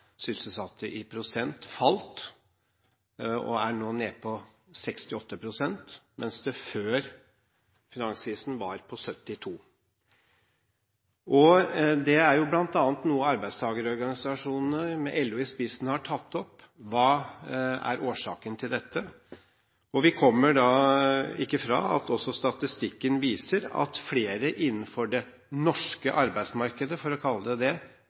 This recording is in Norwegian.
sysselsatte i prosent, falt og er nå nede på 68 pst., mens den før finanskrisen var på 72 pst. Det er noe bl.a. arbeidstakerorganisasjonene, med LO i spissen, har tatt opp – hva årsaken til dette er. Vi kommer ikke fra at statistikken viser at flere innenfor det norske arbeidsmarkedet – for å kalle det det